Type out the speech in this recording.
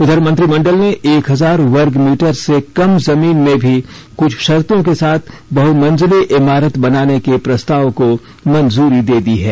उधर मंत्रिमंडल ने एक हजार वर्गमीटर से कम जमीन में भी कुछ शर्तो के साथ बहमंजिली इमारत बनाने के प्रस्ताव को मंजूरी दे दी है